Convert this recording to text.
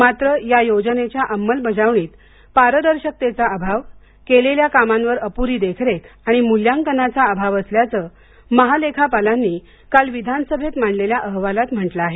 मात्र या योजनेच्या अंमलबजावणीत पारदर्शकचेचा अभाव केलेल्या कामांवर अपूरी देखरेख आणि मुल्यांकनाचा अभाव असल्याचं महालेखापालांनी काल विधानसभेत मांडलेल्या अहवालांत म्हटलं आहे